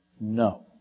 No